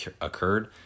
occurred